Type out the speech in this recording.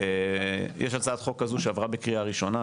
יש הצעת חוק כזו שעברה בקריאה ראשונה,